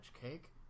cake